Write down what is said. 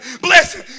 blessing